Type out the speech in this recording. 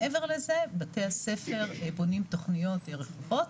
מעבר לזה בתי הספר בונים תוכניות רחבות,